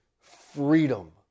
freedom